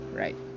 right